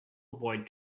avoid